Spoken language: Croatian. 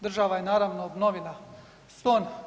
Država je naravno obnovila Ston.